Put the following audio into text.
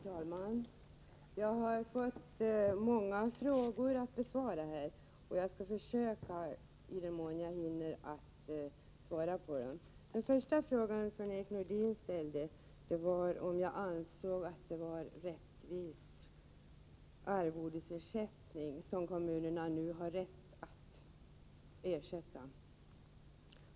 Herr talman! Jag har fått många frågor att besvara, och jag skall göra det i den mån jag hinner. Sven-Erik Nordins första fråga var om jag ansåg det vara en rättvis arvodesersättning som kommunerna nu har rätt att ge.